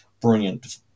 brilliant